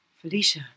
Felicia